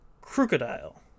Crocodile